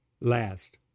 last